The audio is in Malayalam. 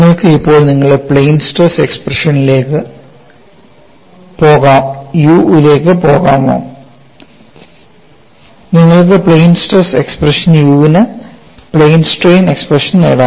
നിങ്ങൾക്ക് ഇപ്പോൾ നിങ്ങളുടെ പ്ലെയിൻ സ്ട്രെസ് എക്സ്പ്രഷനിലേക്ക് u ലേക്ക് പോകാമോ നിങ്ങൾക്ക് പ്ലെയിൻ സ്ട്രെസ് എക്സ്പ്രഷൻ u ന് പ്ലെയിൻ സ്ട്രെയിൻ എക്സ്പ്രഷൻ നേടാമോ